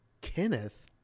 Kenneth